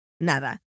nada